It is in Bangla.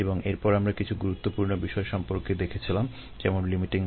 এবং এরপর আমরা কিছু গুরুত্বপূর্ণ বিষয় সম্পর্কে দেখেছিলাম যেমন লিমিটিং